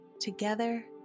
Together